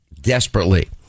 desperately